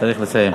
צריך לסיים.